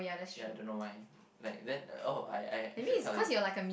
yeah I don't know why like then oh I I I should tell you